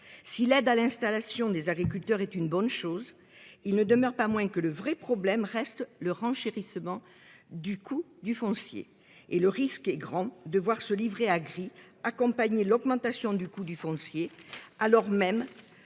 si l'aide à l'installation des agriculteurs est une bonne chose. Il ne demeure pas moins que le vrai problème reste le renchérissement du coût du foncier et le risque est grand de voir se livrer à gris accompagner l'augmentation du coût du foncier, alors même